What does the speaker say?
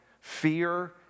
fear